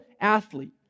athlete